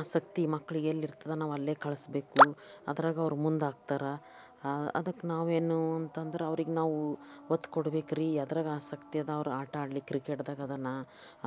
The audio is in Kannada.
ಆಸಕ್ತಿ ಮಕ್ಳಿಗೆ ಎಲ್ಲ ಇರ್ತದೆ ನಾವು ಅಲ್ಲೇ ಕಳಿಸ್ಬೇಕು ಅದ್ರಾಗ ಅವ್ರು ಮುಂದಾಗ್ತಾರಾ ಆ ಅದಕ್ಕೆ ನಾವೇನು ಅಂತಂದ್ರೆ ಅವ್ರಿಗೆ ನಾವು ಒತ್ತು ಕೊಡಬೇಕ್ರೀ ಯಾವ್ದ್ರಾಗ ಆಸಕ್ತಿ ಅದ ಅವ್ರು ಆಟ ಆಡ್ಲಿಕ್ಕೆ ಕ್ರಿಕೆಟ್ದಾಗ ಅದನ್ನ